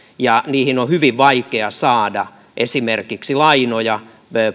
ja missä on hyvin vaikea saada esimerkiksi lainoja